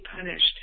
punished